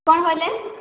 କ'ଣ କହିଲେ